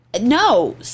no